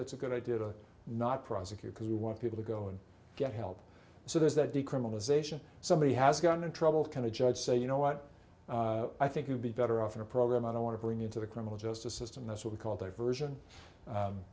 that's a good idea to not prosecute because you want people to go and get help so there's that decriminalization somebody has gotten in trouble can a judge say you know what i think you'd be better off in a program and i want to bring into the criminal justice system that's what we call diversion